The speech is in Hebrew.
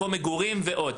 מקום מגורים ועוד.